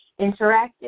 Interactive